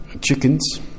chickens